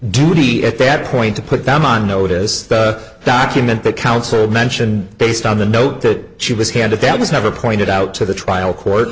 duty at that point to put them on notice the document the council mentioned based on the note that she was handed that was never pointed out to the trial court